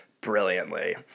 brilliantly